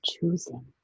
choosing